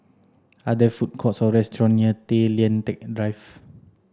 are there food courts or restaurants near Tay Lian Teck Drive